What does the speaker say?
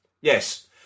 Yes